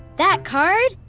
that card,